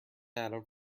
atom